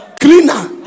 cleaner